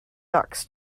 ducks